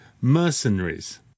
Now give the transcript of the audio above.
mercenaries